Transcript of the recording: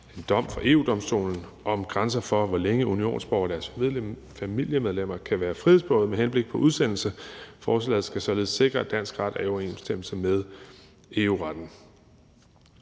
en dom fra EU-Domstolen om grænser for, hvor længe unionsborgere og deres familiemedlemmer kan være frihedsberøvede med henblik på udsendelse. Forslaget skal således sikre, at dansk ret er i overensstemmelse med EU-retten.